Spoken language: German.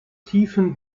tiefen